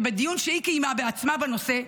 שבדיון שהיא קיימה בעצמה בנושא,